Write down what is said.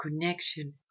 connection